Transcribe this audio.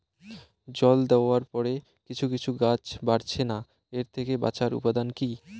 জল দেওয়ার পরে কিছু কিছু গাছ বাড়ছে না এর থেকে বাঁচার উপাদান কী?